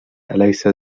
أليس